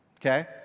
Okay